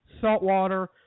saltwater